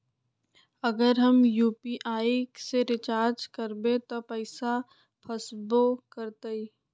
अगर हम यू.पी.आई से रिचार्ज करबै त पैसा फसबो करतई?